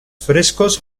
frescos